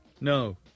No